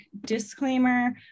disclaimer